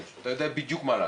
אתה יודע בדיוק מה לעשות.